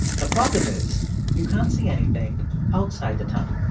the problem is you can't see anything outside the tunnel.